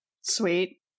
Sweet